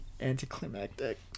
anticlimactic